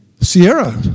Sierra